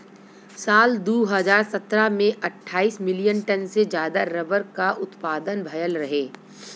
साल दू हज़ार सत्रह में अट्ठाईस मिलियन टन से जादा रबर क उत्पदान भयल रहे